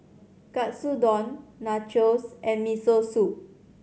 Katsudon Nachos and Miso Soup